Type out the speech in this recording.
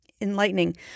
enlightening